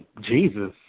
Jesus